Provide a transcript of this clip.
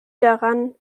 daran